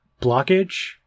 blockage